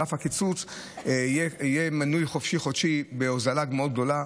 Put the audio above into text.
על אף הקיצוץ יהיה מנוי חופשי חודשי בהוזלה מאוד גדולה.